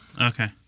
Okay